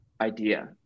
idea